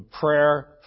prayer